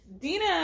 Dina